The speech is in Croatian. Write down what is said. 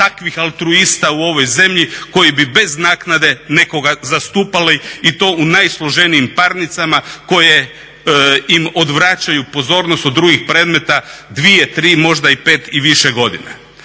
takvih altruista u ovoj zemlji koji bi bez naknade nekoga zastupali i to u najsloženijim parnicama koje im odvraćaju pozornost od drugih predmeta dvije, tri, možda i pet i više godina.